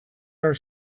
are